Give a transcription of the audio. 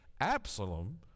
Absalom